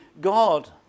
God